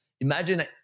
imagine